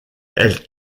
elle